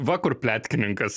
va kur pletkininkas